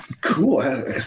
Cool